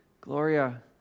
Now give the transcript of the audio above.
Gloria